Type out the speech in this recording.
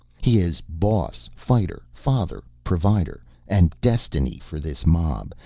he is boss, fighter, father provider and destiny for this mob,